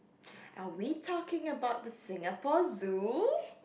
are we talking about the Singapore Zoo